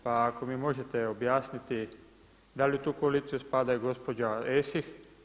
Pa ako mi možete objasniti da li u tu koaliciju spada i gospođa Esih?